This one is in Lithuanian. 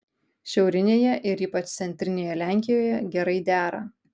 šiaurinėje ir ypač centrinėje lenkijoje gerai dera